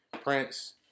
Prince